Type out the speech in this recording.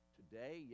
today